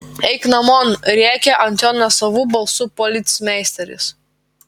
eik namon rėkia ant jo nesavu balsu policmeisteris